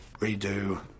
redo